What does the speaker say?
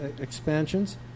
expansions